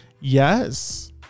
Yes